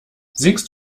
singst